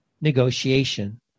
negotiation